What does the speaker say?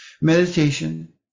Meditation